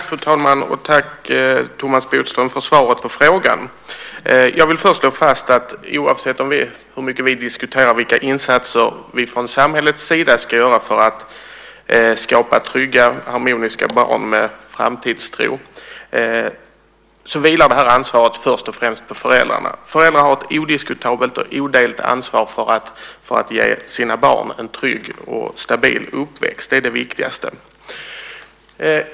Fru talman! Tack Thomas Bodström för svaret på frågan. Jag vill först slå fast att oavsett hur mycket vi diskuterar vilka insatser vi från samhällets sida ska göra för att skapa trygga, harmoniska barn med framtidstro vilar ansvaret först och främst på föräldrarna. Föräldrar har ett odiskutabelt och odelat ansvar för att ge sina barn en trygg och stabil uppväxt. Det är det viktigaste.